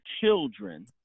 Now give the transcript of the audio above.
children